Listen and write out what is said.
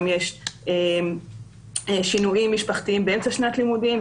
יש שינויים משפחתיים גם באמצע שנת לימודים,